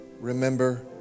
remember